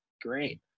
great